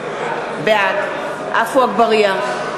בעד עפו אגבאריה,